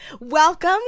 welcome